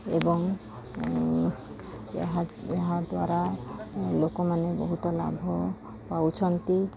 ଏବଂ ଏହା ଏହାଦ୍ୱାରା ଲୋକମାନେ ବହୁତ ଲାଭ ପାଉଛନ୍ତି